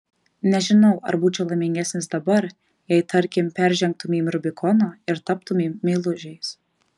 nežinau ar būčiau laimingesnis dabar jei tarkim peržengtumėm rubikoną ir taptumėm meilužiais